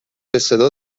بصدا